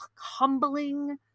humbling